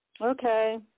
Okay